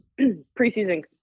preseason